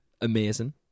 Amazing